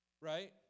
right